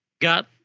got